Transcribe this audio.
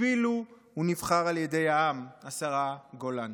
אפילו הוא נבחר על ידי העם, השרה גולן,